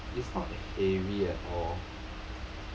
not it's not heavy at all